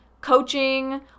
coaching